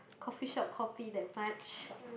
coffee shop coffee that much